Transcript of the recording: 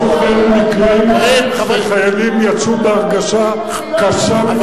אני זוכר מקרים שחיילים יצאו בהרגשה קשה,